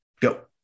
go